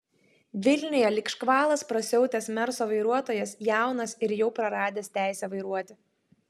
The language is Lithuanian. vilniuje lyg škvalas prasiautęs merso vairuotojas jaunas ir jau praradęs teisę vairuoti